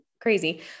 crazy